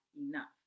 enough